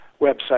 website